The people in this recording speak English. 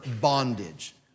bondage